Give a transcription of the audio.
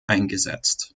eingesetzt